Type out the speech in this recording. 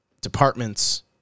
departments